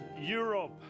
Europe